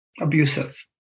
abusive